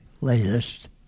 latest